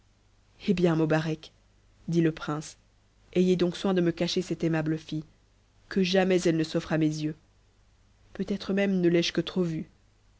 hé bien mobarec dit le prince ayez donc soin de me cacher cette aimable fille que jamais elle ne s'offre à mes yeux peut-être même ne l'ai-je que trop vue